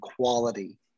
quality